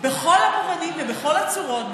בכל הגוונים ובכל הצורות,